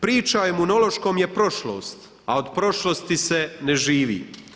Priča o imunološkom je prošlost, a od prošlosti se ne živi.